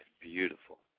beautiful